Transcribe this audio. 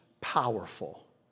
powerful